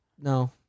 No